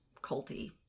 culty